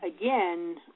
again